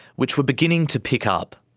which were beginning to pick ah up.